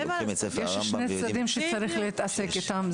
יש שני צדדים שצריך להתעסק איתם.